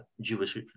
Jewish